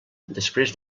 després